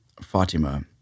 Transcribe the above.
Fatima—